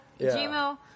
Gmail